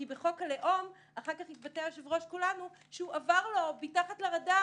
כי בחוק הלאום אחר כך התבטא יושב-ראש כולנו שעבר לו מתחת לרדאר,